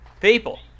People